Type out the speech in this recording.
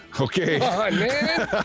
Okay